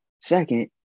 Second